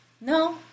No